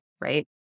right